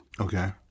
Okay